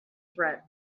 threat